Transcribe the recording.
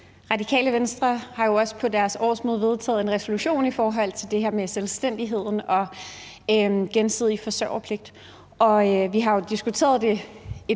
Radikale Venstre har på deres årsmøde vedtaget en resolution i forhold til det her med selvstændigheden og den gensidige forsørgerpligt, og vi har jo diskuteret det